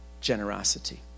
generosity